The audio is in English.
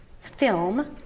film